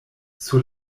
sur